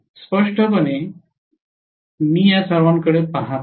स्पष्टपणे मी या सर्वांकडे पहात आहे